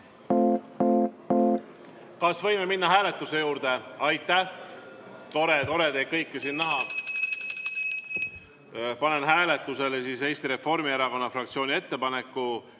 Kas võime minna hääletuse juurde? Aitäh! Tore teid kõiki siin näha. Panen hääletusele Eesti Reformierakonna fraktsiooni ettepaneku